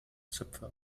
zöpfe